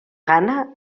gana